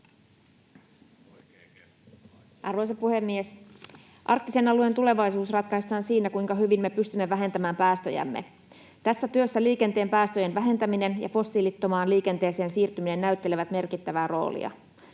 Arvoisa puhemies! Arktisen alueen tulevaisuus ratkaistaan siinä, kuinka hyvin me pystymme vähentämään päästöjämme. Tässä työssä liikenteen päästöjen vähentäminen ja fossiilittomaan liikenteeseen siirtyminen näyttelevät merkittävää roolia.